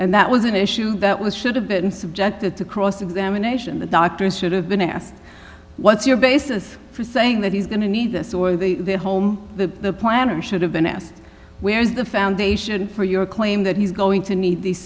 and that was an issue that was should have been subjected to cross examination the doctors should have been asked what's your basis for saying that he's going to need this or the home the planner should have been asked where is the foundation for your claim that he's going to need these